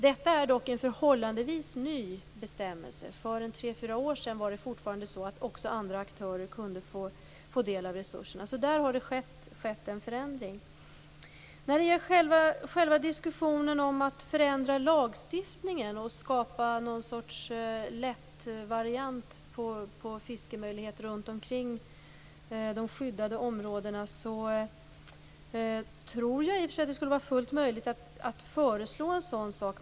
Detta är dock en förhållandevis ny bestämmelse. För tre fyra år sedan kunde fortfarande även andra aktörer få del av resurserna. Där har det skett en förändring. När det gäller själva diskussionen om att förändra lagstiftningen och skapa någon sorts lättvariant på fiskemöjligheter runt omkring de skyddade områdena tror jag i och för sig att det skulle vara fullt möjligt att föreslå en sådan sak.